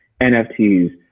NFTs